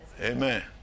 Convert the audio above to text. Amen